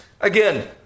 Again